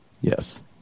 Yes